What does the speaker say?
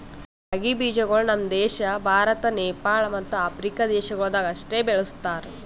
ರಾಗಿ ಬೀಜಗೊಳ್ ನಮ್ ದೇಶ ಭಾರತ, ನೇಪಾಳ ಮತ್ತ ಆಫ್ರಿಕಾ ದೇಶಗೊಳ್ದಾಗ್ ಅಷ್ಟೆ ಬೆಳುಸ್ತಾರ್